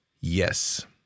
Yes